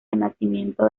renacimiento